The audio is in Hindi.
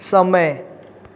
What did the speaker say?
समय